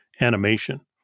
animation